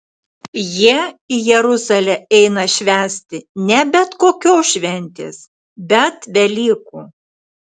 jie į jeruzalę eina švęsti ne bet kokios šventės bet velykų